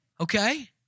Okay